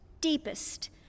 deepest